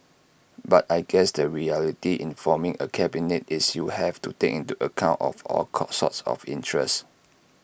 but I guess the reality in forming A cabinet is you have to take into account of all call sorts of interests